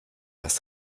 dass